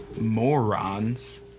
morons